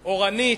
אורנית,